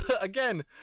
Again